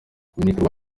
minisitiri